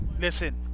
Listen